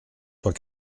soit